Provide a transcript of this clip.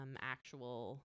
actual